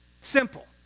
Simple